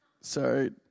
Sorry